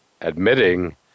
admitting